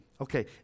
Okay